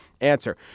Answer